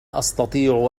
أستطيع